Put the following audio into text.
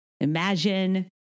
Imagine